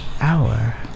hour